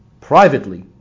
privately